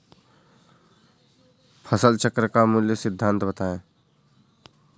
फसल चक्र का मूल सिद्धांत बताएँ?